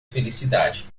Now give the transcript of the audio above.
felicidade